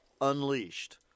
Unleashed